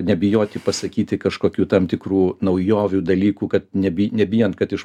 nebijoti pasakyti kažkokių tam tikrų naujovių dalykų kad nebi nebijant kad iš